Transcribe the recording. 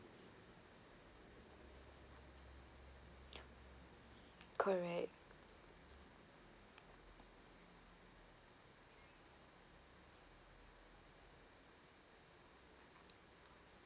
correct